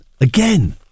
Again